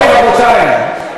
בהסכמה.